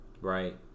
right